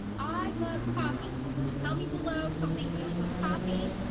i love coffee tell me below something dealing with coffee.